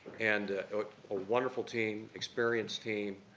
and a wonderful team, experienced team,